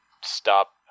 stop